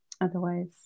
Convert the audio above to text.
otherwise